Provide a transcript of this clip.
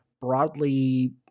broadly